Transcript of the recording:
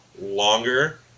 longer